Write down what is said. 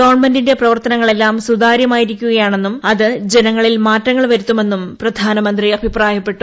ഗവൺമെന്റിന്റെ പ്രവർത്തനങ്ങളെല്ലാം സുതാര്യമായിക്കുകയാണെന്നും അത് ഓരോരുത്തരിലും മാറ്റങ്ങൾ വരുത്തുമെന്നും പ്രധാനമന്ത്രി പറഞ്ഞു